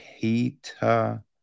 Peter